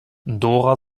dora